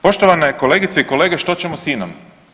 Poštovane kolegice i kolege što ćemo s INOM?